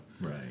Right